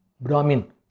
Brahmin